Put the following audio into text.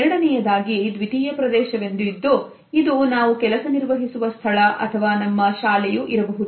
ಎರಡನೆಯದಾಗಿ ದ್ವಿತೀಯ ಪ್ರದೇಶವೆಂದು ಇದ್ದು ಇದು ನಾವು ಕೆಲಸ ನಿರ್ವಹಿಸುವ ಸ್ಥಳ ಅಥವಾ ನಮ್ಮ ಶಾಲೆಯು ಇರಬಹುದು